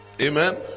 Amen